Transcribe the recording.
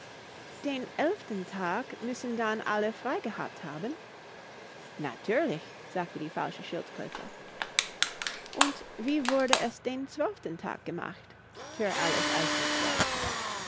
den elften tag müssen dann alle frei gehabt haben natürlich sagte die falsche schildkröte und wie wurde es den zwölften tag gemacht fuhr alice eifrig fort